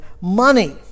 money